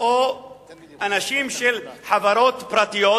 או אנשים של חברות פרטיות,